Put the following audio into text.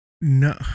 No